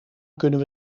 kunnen